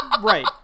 Right